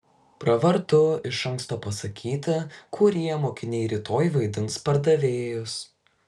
pravartu iš anksto pasakyti kurie mokiniai rytoj vaidins pardavėjus